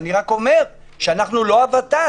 אני רק אומר שאנחנו לא הות"ת.